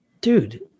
Dude